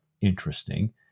Interesting